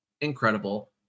Incredible